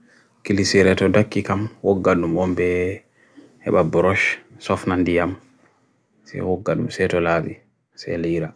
Hol ko njangudo carpet jonta konngol e foti? Ko waawude njangudo carpet jonta konngol, soowdi ɓamtaare e hakki, soomdo hoore. Foti to ɓamtaare ɓe njangudo e foti ɓamtaare soowdi daande.